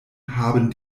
haben